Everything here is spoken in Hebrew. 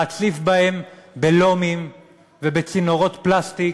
להצליף בהם בלומים ובצינורות פלסטיק,